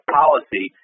policy